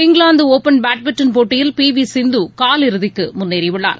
England open badminton போட்டியில் P V Sindhu காலிறுதிக்கு முன்னேறியுள்ளார்